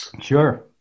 Sure